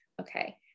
okay